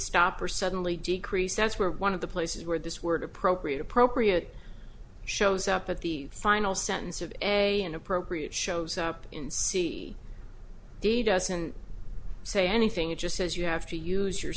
stop or suddenly decrease that's where one of the places where this word appropriate appropriate shows up at the final sentence of a inappropriate shows up in c d doesn't say anything it just says you have to use your